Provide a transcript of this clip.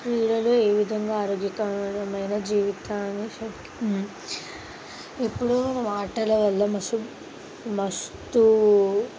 పిల్లలు ఏ విధంగా ఆరోగ్యకరమైన జీవితాన్ని షక్ ఇప్పుడు వాటర్ వల్ల మస్ మస్తు